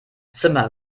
zimmer